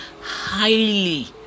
highly